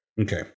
Okay